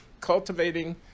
cultivating